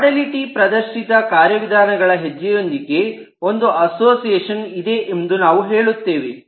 modality ಪ್ರದರ್ಶಿತ ಕಾರ್ಯವಿಧಾನಗಳ ಹೆಜ್ಜೆಯೊಂಧಿಗೆ ಒಂದು ಅಸೋಸಿಯೇಷನ್ ಇದೆ ಎಂದು ನಾವು ಹೇಳುತ್ತೇವೆ